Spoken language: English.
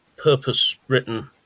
purpose-written